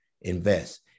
invest